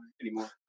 anymore